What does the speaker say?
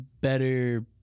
better